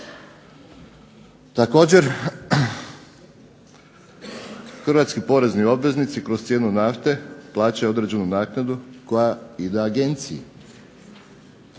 Također hrvatski porezni obveznici kroz cijenu nafte plaća i određenu naknadu koja ide agenciji.